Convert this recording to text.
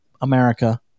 America